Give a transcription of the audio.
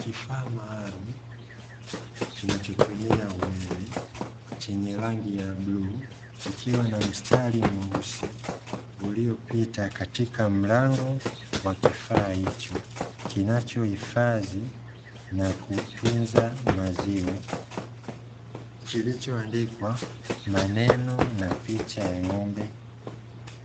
Kifaa maalumu, kinachotumia umeme, chenye rangi ya bluu, kikiwa na mstari mweusi uliopita katika mlango wa kifaa hicho kinachohifadhi na kutunza maziwa, kilichoandikwa maneno na picha ya ng'ombe